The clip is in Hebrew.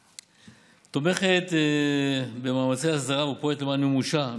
תומכת במאמצי ההסדרה ופועלת למען מימושה,